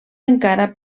encara